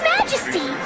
Majesty